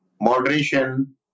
moderation